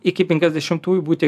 iki penkiasdešimtųjų būti